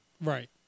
Right